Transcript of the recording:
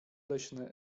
leśne